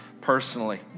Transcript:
personally